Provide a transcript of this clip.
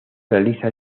realiza